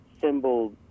symbol